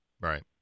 Right